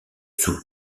sous